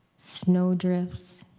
snow drifts,